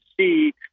see